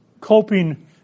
Coping